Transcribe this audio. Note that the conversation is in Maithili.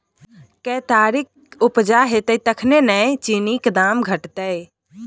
केतारीक उपजा हेतै तखने न चीनीक दाम घटतै